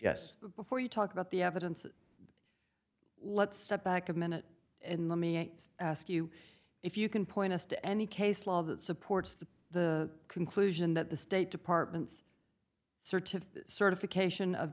yes before you talk about the evidence let's step back a minute and let me ask you if you can point us to any case law that supports the conclusion that the state department's certify certification of